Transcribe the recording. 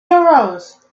arose